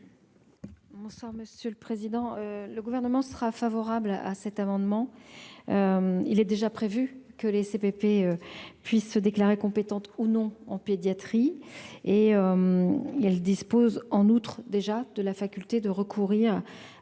Bonsoir, monsieur le président, le gouvernement sera favorable à cet amendement il est déjà prévu que les CPP puisse se déclarer compétente ou non en pédiatrie et il y a, il dispose en outre déjà de la faculté de recourir à des